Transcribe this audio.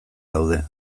daude